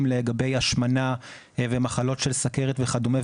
לגבי השמנה ומחלות של סכרת וכדומה,